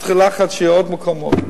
התחיל לחץ שיהיו עוד מקומות.